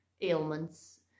ailments